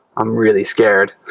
i'm really scared.